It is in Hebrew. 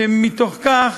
שמתוך כך